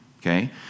okay